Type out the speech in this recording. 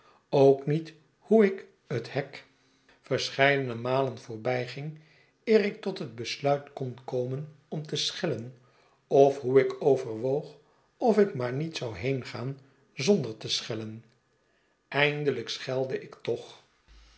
ook niet hoe ik het hek verscheidene ik keee in gezelschap naar ons dorp teeug malen voorbijging eer ik tot het besluit kon komen om te schellen of hoe ik overwoog of ik maar niet zou heengaan zonder te schellen eindelijk schelde ik toch